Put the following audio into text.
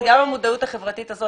גם המודעות החברתית הזאת,